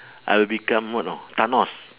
I'll become what know thanos